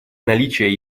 наличие